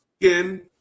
again